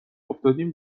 افتادیم